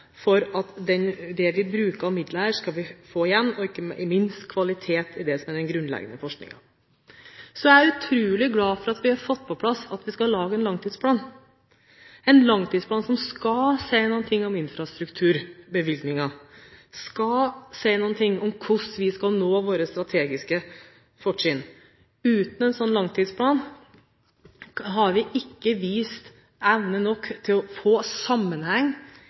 kvalitet i den grunnleggende forskningen. Så er jeg utrolig glad for at vi har fått på plass at vi skal lage en langtidsplan – en langtidsplan som skal si noe om infrastrukturbevilgninger, og om hvordan vi skal nå våre strategiske fortrinn. Uten en sånn langtidsplan har vi ikke vist evne nok til å få sammenheng